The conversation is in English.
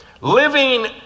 living